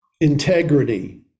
Integrity